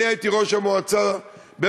אני הייתי ראש המועצה בעמק-יזרעאל.